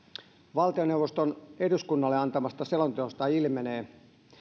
valtioneuvoston eduskunnalle antamasta selonteosta ilmenee